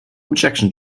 objection